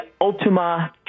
Ultima